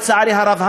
לצערי הרב,